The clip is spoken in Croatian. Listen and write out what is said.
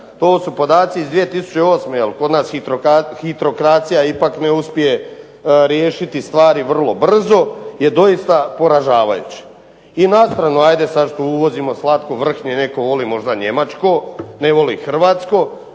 to su podaci iz 2008. jel kod nas hitrokracija ipak ne uspije riješiti vrlo brzo, je doista poražavajuće. I na stranu ajde sad što uvozimo slatko vrhnje, netko voli možda njemačko, ne voli hrvatsko,